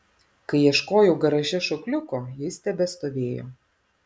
kai ieškojau garaže šokliuko jis tebestovėjo